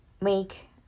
make